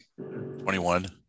21